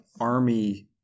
army